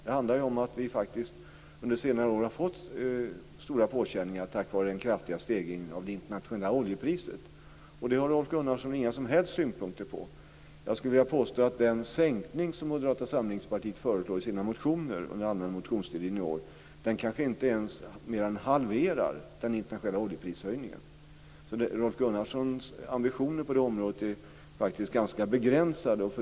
Det handlar ju om att vi faktiskt under senare år har fått stora känningar av den kraftiga stegringen av det internationella oljepriset. Det har Rolf Gunnarsson inga som helst synpunkter på. Jag skulle vilja påstå att den sänkning som Moderata samlingspartiet föreslår i sina motioner under allmänna motionstiden i år kanske inte ens halverar den internationella oljeprishöjningen. Så Rolf Gunnarssons ambitioner på det här området är faktiskt begränsade.